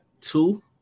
two